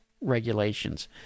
regulations